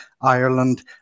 Ireland